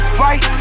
fight